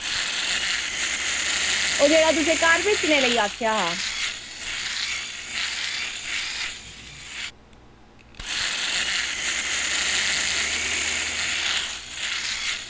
एह् जेह्ड़ा तुिसेंगी घर दिक्खनै गी आक्खेआ हा